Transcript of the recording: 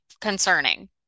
concerning